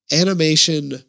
animation